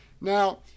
Now